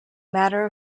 matter